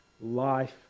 life